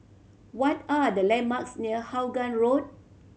what are the landmarks near Vaughan Road